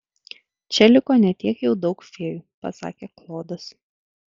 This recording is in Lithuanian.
čia liko ne tiek jau daug fėjų pasakė klodas